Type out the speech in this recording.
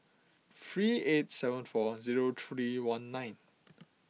three eight seven four zero three one nine